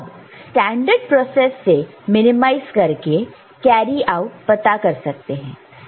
अब standard process से minimise करके कैरी आउट पता कर सकते हैं